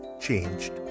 changed